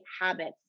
habits